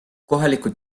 kohalikud